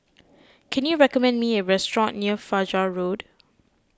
can you recommend me a restaurant near Fajar Road